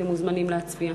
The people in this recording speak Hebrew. אתם מוזמנים להצביע.